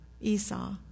Esau